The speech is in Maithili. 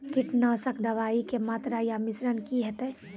कीटनासक दवाई के मात्रा या मिश्रण की हेते?